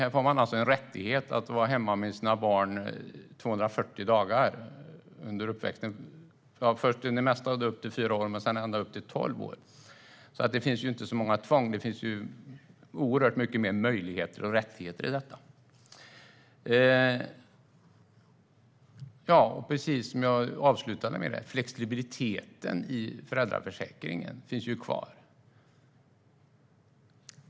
Här får man en rättighet att vara hemma med sina barn i 240 dagar under uppväxten, det mesta upp till fyra år men sedan ända upp till tolv år. Det är alltså inte så mycket tvång. Snarare finns det oerhört många möjligheter och rättigheter i detta. Som jag avslutade med finns flexibiliteten i föräldraförsäkringen kvar.